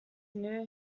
knew